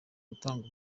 gutanga